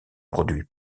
produit